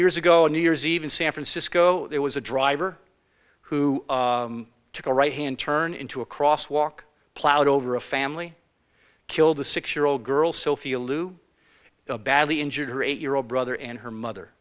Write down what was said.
years ago new year's eve in san francisco there was a driver who took a right hand turn into a cross walk plowed over a family killed a six year old girl sophia lu badly injured her eight year old brother and her mother